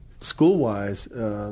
school-wise